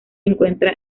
encuentra